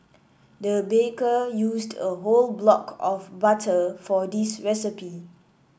the baker used a whole block of butter for this recipe